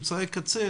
אמצעי קצה,